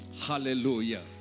hallelujah